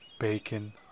bacon